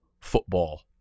football